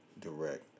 direct